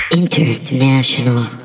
International